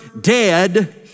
dead